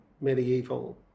medieval